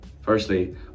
Firstly